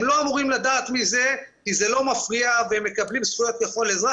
הם לא אמורים לדעת מזה כי זה לא מפריע והם מקבלים זכויות ככל אזרח.